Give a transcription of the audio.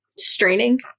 Straining